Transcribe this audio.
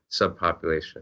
subpopulation